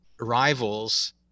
rivals